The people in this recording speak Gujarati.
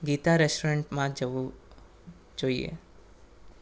ગીતા રેસ્ટોરન્ટમાં જવું જોઈએ